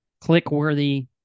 click-worthy